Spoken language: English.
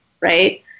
right